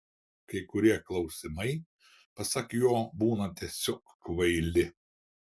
kai kurie klausimai pasak jo būna tiesiog kvaili